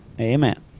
Amen